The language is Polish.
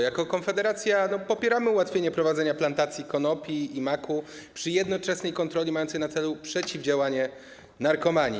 Jako Konfederacja popieramy ułatwienie prowadzenia plantacji konopi i maku przy jednoczesnej kontroli mającej na celu przeciwdziałanie narkomanii.